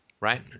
Right